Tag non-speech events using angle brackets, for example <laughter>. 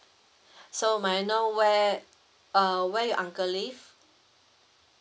<breath> so may I know where uh where you uncle live